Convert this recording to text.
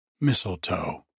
mistletoe